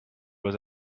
was